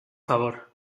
favor